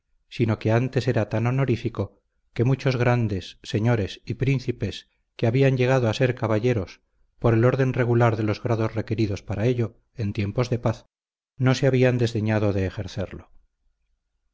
sino que antes era tan honorífico que muchísimos grandes señores y príncipes que habían llegado a ser caballeros por el orden regular de los grados requeridos para ello en tiempos de paz no se habían desdeñado de ejercerlo